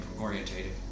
orientated